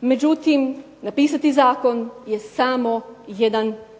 međutim napisati zakon je samo jedan korak.